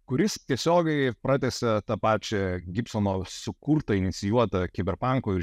kuris tiesiogiai pratęsia tą pačią gibsono sukurtą inicijuota kiberpanko ir